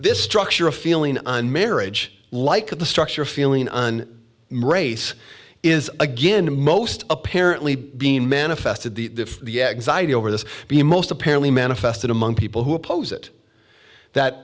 this structure of feeling and marriage like the structure of feeling on race is again most apparently being manifested the the exiled over this be most apparently manifested among people who oppose it that